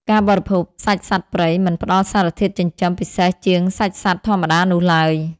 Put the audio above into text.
ការបរិភោគសាច់សត្វព្រៃមិនផ្តល់សារធាតុចិញ្ចឹមពិសេសជាងសាច់សត្វធម្មតានោះឡើយ។